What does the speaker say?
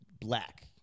black